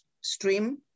stream